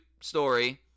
story